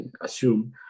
assume